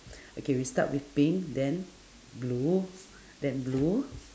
okay we start with pink then blue then blue